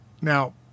Now